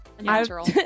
Natural